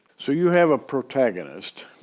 so you have a protagonist,